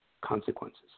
consequences